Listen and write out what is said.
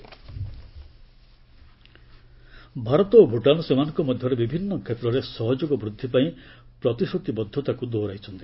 Modi Bhutan PM Bharat ଓ ଭୁଟାନ ସେମାନଙ୍କ ମଧ୍ୟରେ ବିଭିନ୍ନ କ୍ଷେତ୍ରରେ ସହଯୋଗ ବୃଦ୍ଧିପାଇଁ ପ୍ରତିଶ୍ରତିବଦ୍ଧତାକୁ ଦୋହରାଇଛନ୍ତି